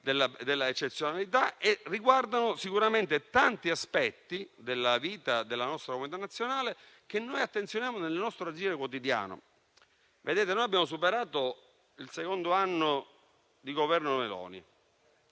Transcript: di eccezionalità e sicuramente riguardano tanti aspetti della vita della nostra comunità nazionale che attenzioniamo nel nostro agire quotidiano. Noi abbiamo superato il secondo anno di Governo Meloni.